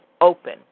open